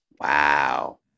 Wow